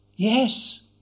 Yes